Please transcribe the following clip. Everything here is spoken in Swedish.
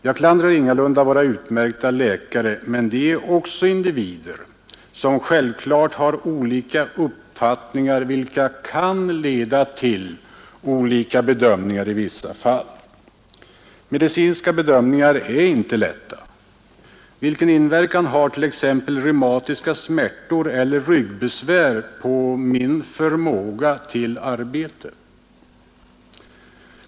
Jag klandrar inte våra utmärkta läkare, men de är också individer som självklart har olika uppfattningar, vilka kan leda till olika bedömningar i vissa fall. Medicinska bedömningar är inte lätta. Vilken inverkan har t.ex. reumatiska smärtor eller ryggbesvär pa en persons förmåga att arbeta?